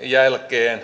jälkeen